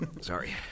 Sorry